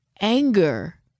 anger